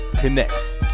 Connects